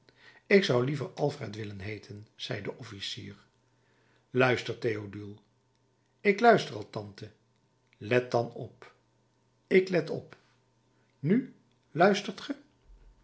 ik zou liever alfred willen heeten zei de officier luister théodule ik luister al tante let dan op ik let op nu luistert ge